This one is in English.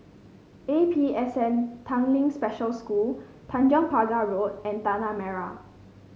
A P S N Tanglin Special School Tanjong Pagar Road and Tanah Merah